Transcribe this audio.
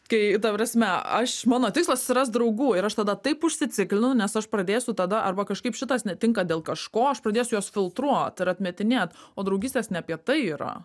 kai ta prasme aš mano tikslas susirast draugų ir aš tada taip užsiciklinu nes aš pradėsiu tada arba kažkaip šitas netinka dėl kažko aš pradėsiu juos filtruot ir atmetinėt o draugystės ne apie tai yra